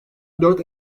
dört